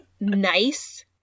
nice